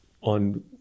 on